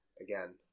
again